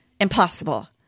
impossible